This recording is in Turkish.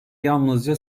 yalnızca